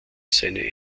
seine